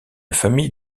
famille